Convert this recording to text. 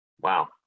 wow